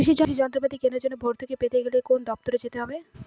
কৃষি যন্ত্রপাতি কেনার জন্য ভর্তুকি পেতে হলে কোন দপ্তরে যেতে হবে?